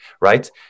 right